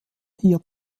hier